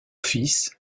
fils